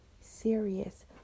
serious